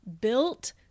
built